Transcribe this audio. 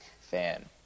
fan